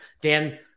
Dan